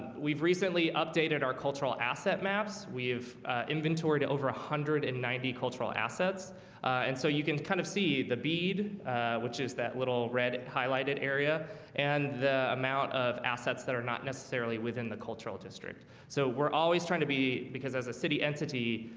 we've recently updated our cultural asset maps we've inventory to over a hundred and ninety cultural assets and so you can kind of see the bead which is that little red highlighted area and the amount of assets that are not necessarily within the cultural district so we're always trying to be because as a city entity,